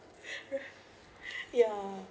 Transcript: ya